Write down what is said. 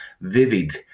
vivid